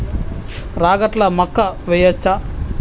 రాగట్ల మక్కా వెయ్యచ్చా?